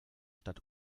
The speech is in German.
stadt